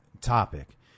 topic